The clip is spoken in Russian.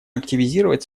активизировать